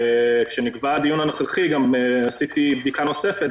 כשנקבע הדיון הנוכחי עשיתי בדיקה נוספת